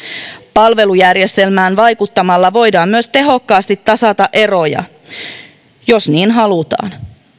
palvelujärjestelmään vaikuttamalla voidaan myös tehokkaasti tasata eroja jos niin halutaan